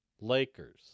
Lakers